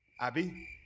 Abby